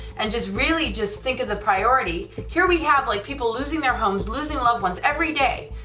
and just really just think of the priority, here we have like people losing their homes, losing loved ones every day,